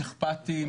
אכפתי,